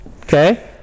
okay